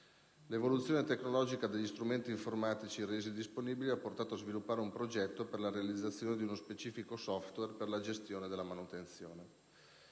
L'evoluzione tecnologica degli strumenti informatici resi disponibili ha portato a sviluppare un progetto per la realizzazione di uno specifico *software* per la gestione della manutenzione.